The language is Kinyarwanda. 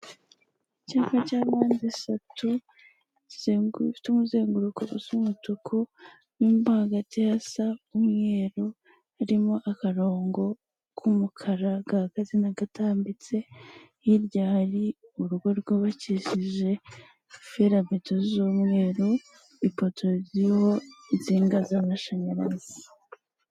Icyapa cya mushatu zizengufite umuzenguruko z'umutuku numba hagati ya saa umwe harimo akarongo k'umukara gahagaze gatambitse hirya hari urugo rwubakikije ferabeto z'umweru ipoto ziriho n'insinga z'amashanyarazi.